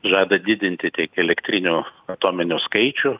žada didinti tiek elektrinių atominių skaičių